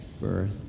birth